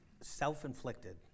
self-inflicted